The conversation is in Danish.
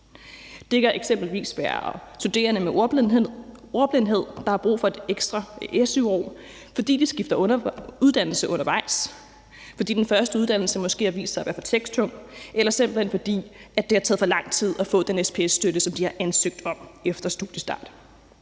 Det kan eksempelvis være studerende med ordblindhed, der har brug for et ekstra su-år, fordi de skifter uddannelse undervejs, fordi den første uddannelse måske har vist sig at være for teksttung, eller simpelt hen fordi det har taget for lang tid at få den SPS-støtte, som de har ansøgt om efter studiestart.